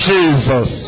Jesus